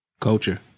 Culture